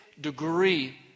degree